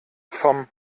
vom